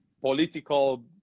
political